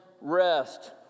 rest